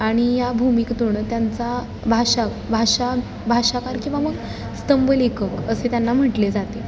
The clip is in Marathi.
आणि या भूमिकेतून त्यांचा भाषा भाषा भाषाकार किंवा मग स्तंभलेखक असे त्यांना म्हटले जाते